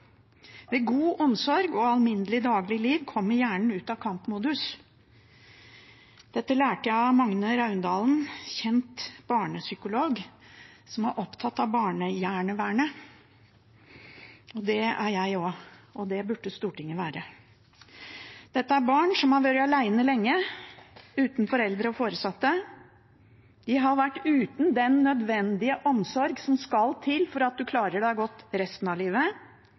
Ved god omsorg og alminnelig daglig liv kommer hjernen ut av kampmodus. Dette lærte jeg av Magne Raundalen, kjent barnepsykolog, som er opptatt av barnehjernevernet. Det er jeg også, og det burde Stortinget være. Dette er barn som har vært alene lenge, uten foreldre og foresatte. De har vært uten den nødvendige omsorg som skal til for at man klarer seg godt resten av livet.